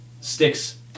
sticks